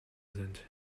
sind